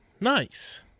Nice